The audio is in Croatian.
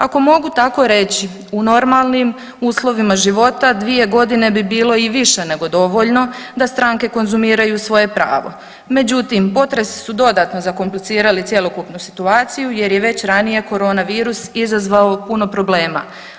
Ako mogu tako reći, u normalnim uslovima života 2.g. bi bilo i više nego dovoljno da stranke konzumiraju svoje pravo, međutim potresi su dodatno zakomplicirali cjelokupnu situaciju jer je već ranije koronavirus izazvao puno problema.